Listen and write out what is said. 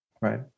right